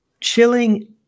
chilling